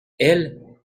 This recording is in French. elles